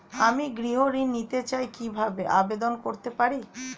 আমি গৃহ ঋণ নিতে চাই কিভাবে আবেদন করতে পারি?